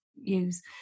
use